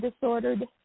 disordered